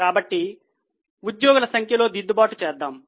కాబట్టి ఉద్యోగుల సంఖ్యలో దిద్దుబాటు చేస్తాము